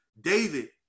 David